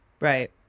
Right